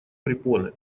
препоны